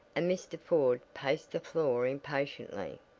and mr. ford paced the floor impatiently.